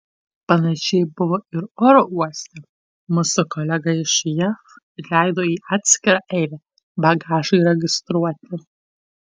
panašiai buvo ir oro uoste mus su kolega iš jav įleido į atskirą eilę bagažui registruoti